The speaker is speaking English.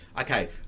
Okay